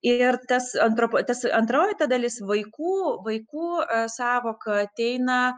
ir tas antrop tas antroji ta dalis vaikų vaikų sąvoka ateina